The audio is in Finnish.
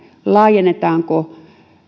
laajennetaanko